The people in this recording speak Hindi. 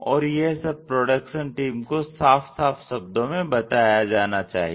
और यह सब प्रोडक्शन टीम को साफ साफ शब्दों में बताया जाना चाहिए